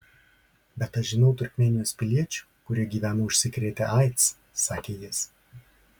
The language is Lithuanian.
bet aš žinau turkmėnijos piliečių kurie gyvena užsikrėtę aids sakė jis